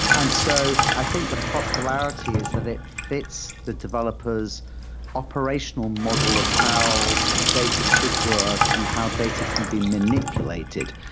and so i think the popularity is that it fits the developer s operational model of how data should work and how data can be manipulated.